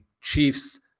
chiefs